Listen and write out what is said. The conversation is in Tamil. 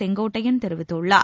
செங்கோட்டையன் தெரிவித்துள்ளார்